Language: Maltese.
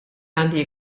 għandi